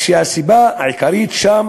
שהסיבה העיקרית שם